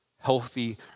healthy